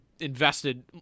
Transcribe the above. invested